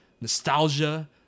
nostalgia